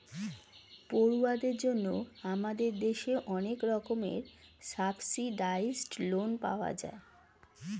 পড়ুয়াদের জন্য আমাদের দেশে অনেক রকমের সাবসিডাইস্ড্ লোন পাওয়া যায়